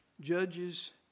Judges